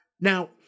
Now